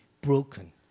broken